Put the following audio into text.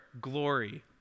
glory